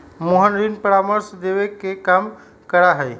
मोहन ऋण परामर्श देवे के काम करा हई